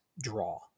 draw